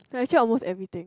like actually almost everything